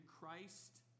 Christ